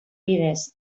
bidez